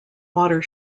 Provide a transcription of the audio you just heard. water